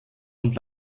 und